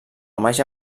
màgia